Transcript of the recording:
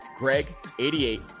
GREG88